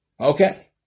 okay